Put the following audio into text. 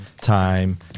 time